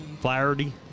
Flaherty